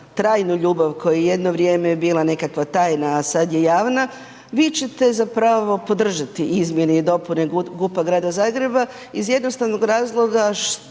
trajnu ljubav koja jedno vrijeme bila nekakva tajna, a sada je javna, vi ćete zapravo podržati izmjene i dopune GUP-a Grada Zagreba iz jednostavnog razloga što